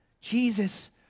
Jesus